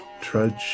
trudge